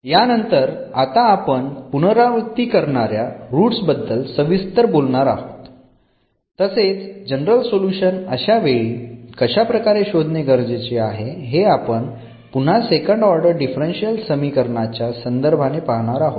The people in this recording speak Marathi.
यानंतर आता आपण पुनरावृत्ती करणाऱ्या रुट्स बद्दल सविस्तर बोलणार आहोत तसेच जनरल सोल्युशन अशा वेळी कशा प्रकारे शोधणे गरजेचे आहे हे आपण पुन्हा सेकंड ऑर्डर डिफरन्शियल समीकरण च्या संदर्भाने पाहणार आहोत